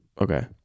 Okay